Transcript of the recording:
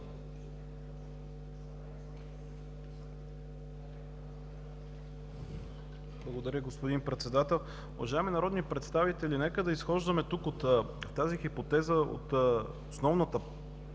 Благодаря, господин Председател. Уважаеми народни представители, нека да изхождаме тук от тази хипотеза, от основната